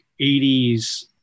80s